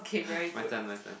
my turn my turn